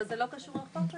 אבל זה לא קשור לחוק הזה.